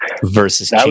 versus